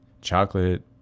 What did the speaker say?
chocolate